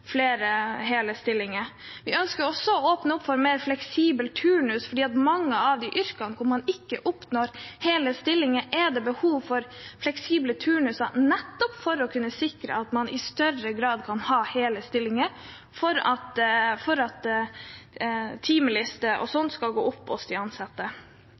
flere hele stillinger. Vi ønsker også å åpne opp for mer fleksibel turnus, for i mange av de yrkene der man ikke oppnår hele stillinger, er det behov for fleksible turnuser, nettopp for å sikre at man i større grad kan ha hele stillinger for at timelister skal gå opp for de ansatte.